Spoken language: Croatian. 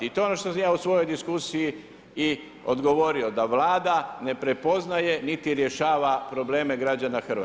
I to je ono što sam ja u svojoj diskusiji i odgovorio, da Vlada ne prepoznaje niti rješava probleme građana Hrvatske.